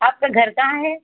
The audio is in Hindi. आपका घर कहाँ है